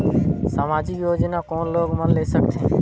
समाजिक योजना कोन लोग मन ले सकथे?